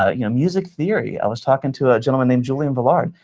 ah you know music theory. i was talking to a gentleman named julian velard.